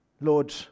Lord